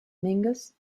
mingus